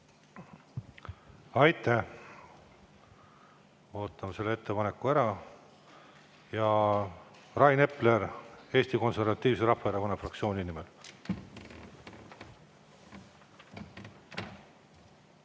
Aitäh! Ootame selle ettepaneku ära. Rain Epler Eesti Konservatiivse Rahvaerakonna fraktsiooni nimel.